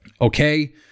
okay